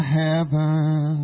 heaven